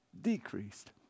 decreased